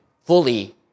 fully